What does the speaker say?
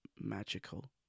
magical